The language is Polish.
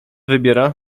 wybiera